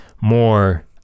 more